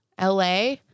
LA